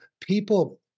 people